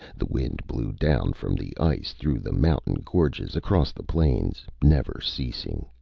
the wind blew, down from the ice, through the mountain gorges, across the plains, never ceasing.